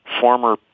former